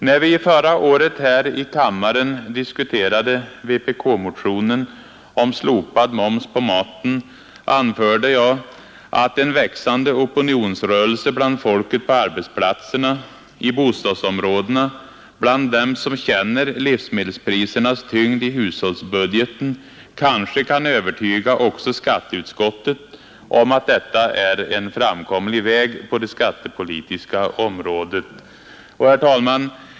När vi förra året här i kammaren diskuterade vpk-motionen om slopad moms på maten anförde jag att ”en växande opinionsrörelse bland folket på arbetsplatserna, i bostadsområdena, bland dem som känner livsmedelsprisernas tyngd i hushållsbudgeten, kanske kan övertyga också skatteutskottet om att detta är en framkomlig väg på det skattepolitiska området”. Herr talman!